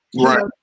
right